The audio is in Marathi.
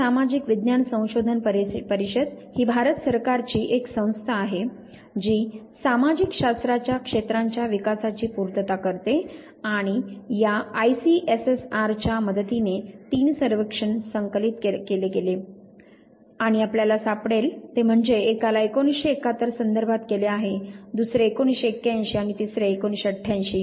भारतीय सामाजिक विज्ञान संशोधन परिषद ही भारत सरकारची एक संस्था आहे जी सामाजिक शास्त्राच्या क्षेत्रांच्या विकासाची पूर्तता करते आणि या आयसीएसएसआर च्या मदतीने तीन सर्वेक्षण संकलित केले गेले आणि आपल्याला सापडेल ते म्हणजे एकाला 1971 संदर्भात केले आहे दुसरे 1981 आणि तिसरे 1988